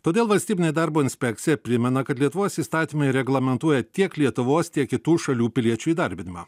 todėl valstybinė darbo inspekcija primena kad lietuvos įstatymai reglamentuoja tiek lietuvos tiek kitų šalių piliečių įdarbinimą